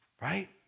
right